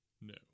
No